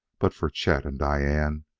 but for chet, and diane,